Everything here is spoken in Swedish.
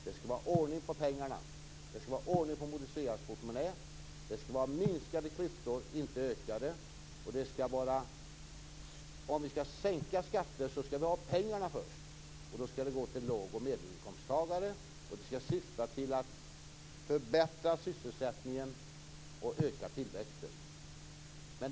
Det skall vara ordning på pengarna, på moder Sveas portmonnä, det skall vara minskade klyftor, inte ökade, och om vi skall sänka skatter skall vi ha pengarna först, och de skall gå till låg och medelinkomsttagare. Det skall syfta till att förbättra sysselsättningen och öka tillväxten.